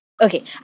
Okay